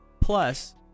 plus